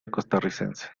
costarricense